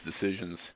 decisions